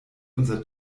unser